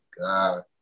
God